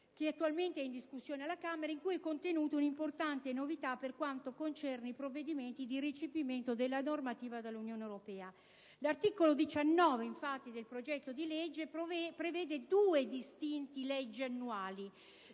che attualmente è in discussione alla Camera e in cui è contenuta una importante novità per quanto concerne i provvedimenti di recepimento della normativa dell'Unione europea. L'articolo 19 del progetto di legge, infatti, prevede due distinte leggi annuali: